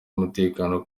umutekano